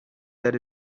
that